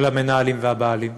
של המנהלים והבעלים.